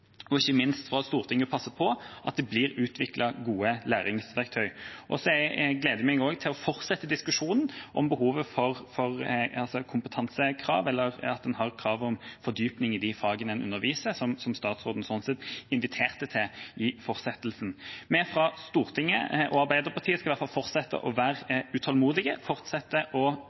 og ikke minst at Stortinget passer på at det blir utviklet gode læringsverktøy. Så jeg gleder meg til å fortsette diskusjonen om behovet for å ha krav om fordypning i de fagene man underviser i, som statsråden for så vidt inviterte til, i fortsettelsen. Fra Stortingets og Arbeiderpartiets side skal vi fortsette å være utålmodige og fortsette å